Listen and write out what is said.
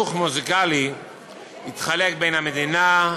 לחינוך מוזיקלי יתחלק בין המדינה,